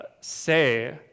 say